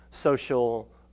social